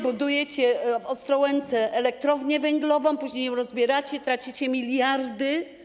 Budujecie w Ostrołęce elektrownię węglową, później ją rozbieracie, tracicie miliardy.